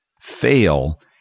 fail